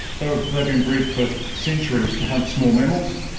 they've they've been bred for centuries to hunt small mammals.